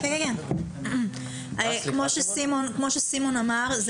כמו שסימון אמר,